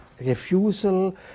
refusal